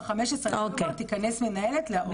ב-15 בפברואר תיכנס מנהלת להוסטל.